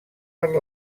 per